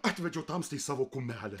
atvedžiau tamstai savo kumelę